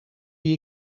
die